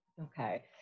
Okay